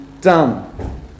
done